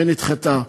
והיא נדחתה.